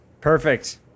Perfect